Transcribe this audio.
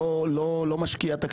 לא משקיע את הכספים.